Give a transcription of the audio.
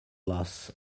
loss